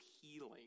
healing